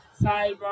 Sidebar